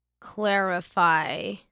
clarify